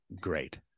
great